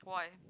why